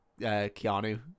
Keanu